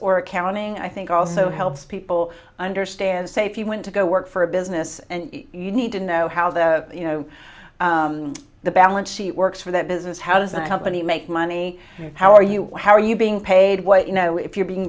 or accounting i think also helps people understand say if you want to go work for a business and you need to know how the you know the balance sheet works for that business how design company make money how are you how are you being paid what you know if you're being